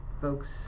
folks